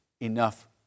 enough